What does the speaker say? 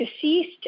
deceased